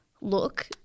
look